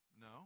No